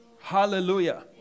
Hallelujah